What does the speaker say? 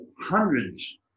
hundreds